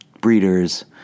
Breeders